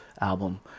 album